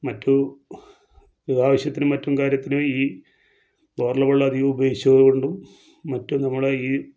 മറ്റ് ആവശ്യത്തിനും മറ്റും കാര്യത്തിനും ഈ ബോറിലെ വെള്ളം അധികം ഉപയോഗിച്ചത് കൊണ്ടും മറ്റും നമ്മുടെ ഈ